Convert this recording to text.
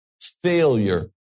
failure